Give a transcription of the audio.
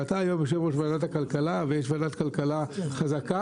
ואתה יושב ראש וועדת הכלכלה ויש ועדת כלכלה חזקה.